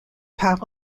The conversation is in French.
par